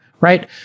right